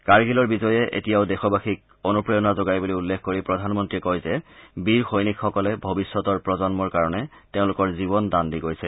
কাৰ্গিলৰ বিজয়ে এতিয়াও দেশবাসীক অনুপ্ৰেৰণা যোগায় বুলি উল্লেখ কৰি প্ৰধান মন্ত্ৰীয়ে কয় যে বীৰ সৈনিকসকলে ভৱিষ্যতৰ প্ৰজন্মৰ কাৰণে তেওঁলোকৰ জীৱন দান দি গৈছে